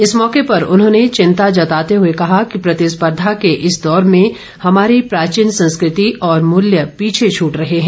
इस मौके पर उन्होंने चिंता जताते हए कहा कि प्रतिस्पर्धा के इस दौर में हमारी प्राचीन संस्कृति और मुल्य पीछे छूट रहे हैं